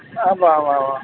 اَوا اَوا اَوا